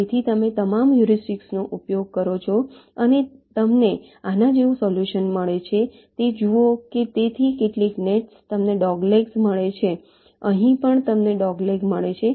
તેથી તમે તમામ હ્યુરિસ્ટિક્સનો ઉપયોગ કરો છો અને તમને આના જેવું સોલ્યુશન મળે છે તે જુઓ કે તેથી કેટલીક નેટ્સ તમને ડોગલેગ્સ મળે છે અહીં પણ તમને ડોગલેગ મળે છે